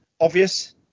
obvious